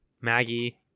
Maggie